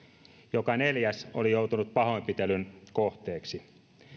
joka neljäs oli joutunut pahoinpitelyn kohteeksi